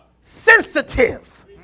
sensitive